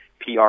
PR